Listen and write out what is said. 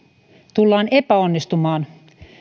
tullaan epäonnistumaan